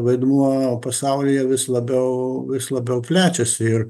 vaidmuo pasaulyje vis labiau vis labiau plečiasi ir